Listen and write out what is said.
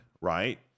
right